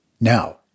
Now